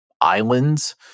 islands